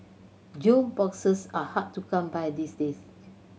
jukeboxes are hard to come by these days